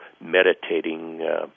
meditating